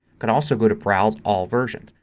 could also go to browse all versions.